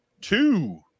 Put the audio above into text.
two